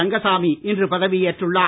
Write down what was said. ரங்கசாமி இன்று பதவியேற்றுள்ளார்